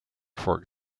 for